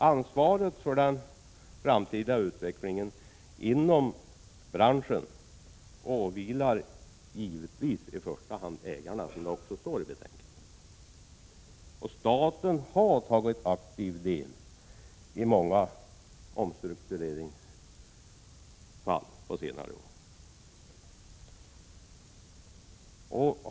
Ansvaret för den framtida utvecklingen inom branschen åvilar givetvis i första hand ägarna, som det också står skrivet i betänkandet. Staten har tagit aktiv del i många omstruktureringsfall under senare år.